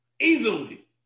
easily